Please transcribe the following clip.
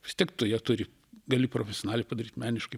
vis tiek tu ją turi gali profesionaliai padaryt meniškai